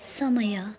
समय